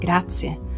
grazie